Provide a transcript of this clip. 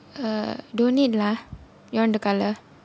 err don't need lah you want to colour